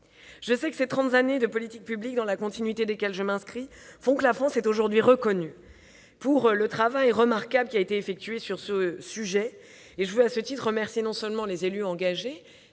ces trente années de politique publique, dans la continuité desquelles je m'inscris, ont permis à la France d'être aujourd'hui reconnue pour le travail remarquable qui a été effectué sur ce sujet. Je voudrais, à ce titre, remercier non seulement les élus engagés,